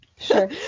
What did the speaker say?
Sure